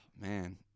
Man